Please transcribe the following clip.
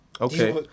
Okay